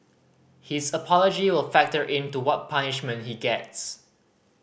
his apology will factor in to what punishment he gets